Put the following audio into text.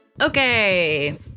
Okay